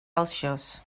celsius